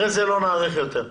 לאחר מכן לא נאריך יותר.